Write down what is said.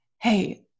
hey